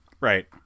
Right